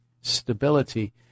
stability